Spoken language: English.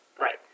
Right